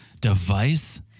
device